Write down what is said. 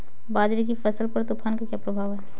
बाजरे की फसल पर तूफान का क्या प्रभाव होगा?